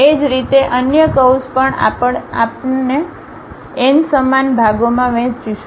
એ જ રીતે અન્ય કર્વ્સ પણ આપણે તેને n સમાન ભાગોમાં વહેંચીશું